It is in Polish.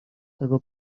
tego